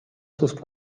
sus